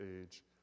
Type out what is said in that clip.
age